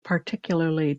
particularly